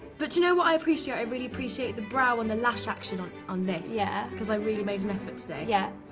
but do you know what i appreciate? i really appreciate the brow and the lash action on on this. yeah. cause i really made an effort today. yeah.